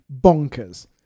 bonkers